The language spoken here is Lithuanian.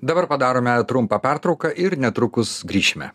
dabar padarome trumpą pertrauką ir netrukus grįšime